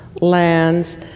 lands